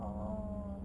orh